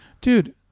dude